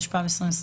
התשפ"ב-2021.